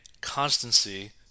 constancy